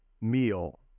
meal